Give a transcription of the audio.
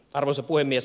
arvoisa puhemies